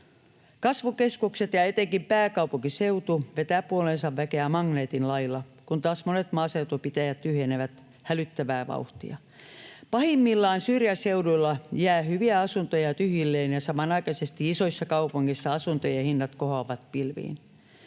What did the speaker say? Kasvukeskukset ja etenkin pääkaupunkiseutu vetävät puoleensa väkeä magneetin lailla, kun taas monet maaseutupitäjät tyhjenevät hälyttävää vauhtia. Pahimmillaan syrjäseuduilla jää hyviä asuntoja tyhjilleen ja samanaikaisesti isoissa kaupungeissa asuntojen hinnat kohoavat pilviin.